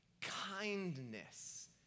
kindness